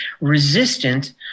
resistant